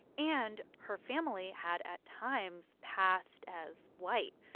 and her family had, at times, passed as white.